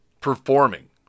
Performing